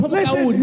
Listen